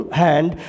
hand